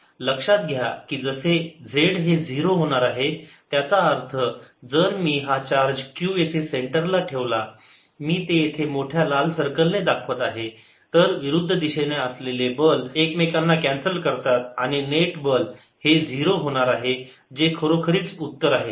F14π0Qqz2R2zz2R214π0Qqzz2R232 Fnet14π012Qqzz2R232 लक्षात घ्या की जसे z हे 0 होणार आहे त्याचा अर्थ जर मी हा चार्ज Q येथे सेंटरला ठेवला मी ते येथे मोठ्या लाल सर्कलने दाखवत आहे तर विरुद्ध दिशेने असलेले बल एकमेकांना कॅन्सल करतात आणि नेट बल हे 0 होणार आहे जे खरोखरीच उत्तर आहे